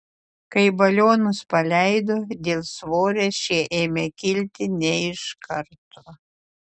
kai balionus paleido dėl svorio šie ėmė kilti ne iš karto